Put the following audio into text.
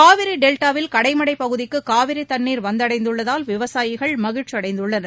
காவிரி டெல்டாவில் கடைமடைப் பகுதிக்கு காவிரி தண்ணீர் வந்தடைந்துள்ளதால் விவசாயிகள் மகிழ்ச்சி அடைந்துள்ளனர்